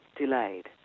delayed